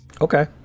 okay